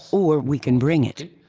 or we can bring it,